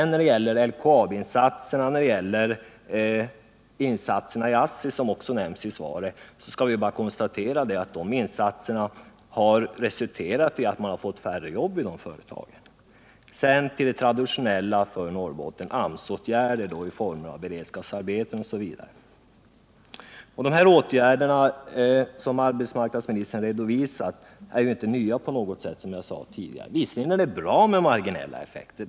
När det gäller insatserna i LKAB och ASSI, som också nämnts i svaret, skall vi bara konstatera att de har resulterat i att man har fått färre jobb inom företagen. Vidare har vi det som är traditionellt för Norrbotten, AMS-åtgärder i form av beredskapsarbeten osv. De här åtgärderna som arbetsmarknadsministern redovisar är inte på något sätt nya, som jag påpekade tidigare. Visserligen är det bra med marginella effekter.